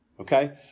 Okay